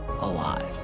alive